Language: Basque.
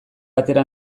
atera